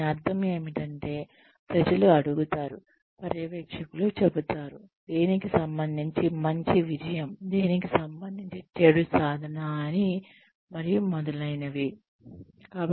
దీని అర్థం ఏమిటంటే ప్రజలు అడుగుతారు పర్యవేక్షకులు చెబుతారు దేనికి సంబంధించి మంచి విజయం దేనికి సంబంధించి చెడు సాధన అని మరియు మొదలైనవి